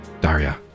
daria